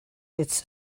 its